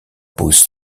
pose